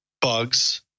bugs